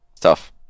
tough